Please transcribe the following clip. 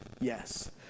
yes